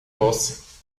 boss